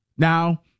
Now